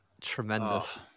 tremendous